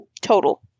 total